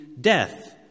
death